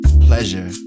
pleasure